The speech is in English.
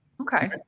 okay